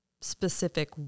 specific